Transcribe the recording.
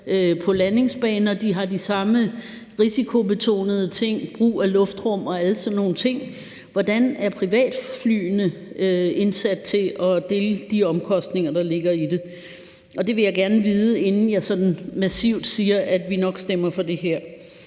på landingsbaner, de har de samme risikobetonede ting, brug af luftrum og alle sådan nogle ting. Hvordan er privatflyene sat til at dele de omkostninger, der ligger i det? Det vil jeg gerne vide, inden jeg sådan massivt siger, at vi nok stemmer for det her.